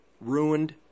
ruined